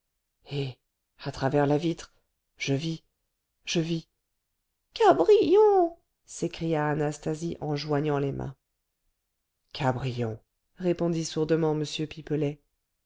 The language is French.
à travers la vitre je vis je vis cabrion s'écria anastasie en joignant les mains cabrion répondit sourdement m pipelet